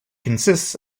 consists